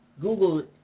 Google